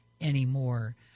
anymore